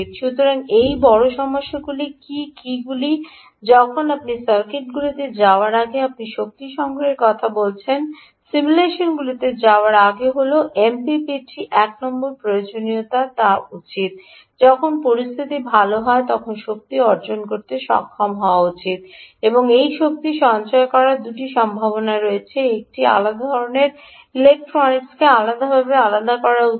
সুতরাং এই বড় সমস্যাগুলি কী কীগুলি যখন আপনি সার্কিটগুলিতে যাওয়ার আগে আপনি শক্তি সংগ্রহের কথা বলছেন সিমুলেশনগুলিতে যাওয়ার আগে হল এমপিপিটি এক নম্বর প্রয়োজনীয়তা করা উচিত যখন পরিস্থিতি ভাল হয় তখন শক্তি অর্জন করতে সক্ষম হওয়া উচিত এবং এই শক্তি সঞ্চয় করার দুটি সম্ভাবনা সঞ্চয় করে এটি আলাদা ধরণের ইলেক্ট্রনিক্সকে আলাদাভাবে আলাদা করা উচিত